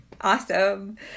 Awesome